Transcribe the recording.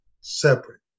separate